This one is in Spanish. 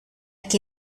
que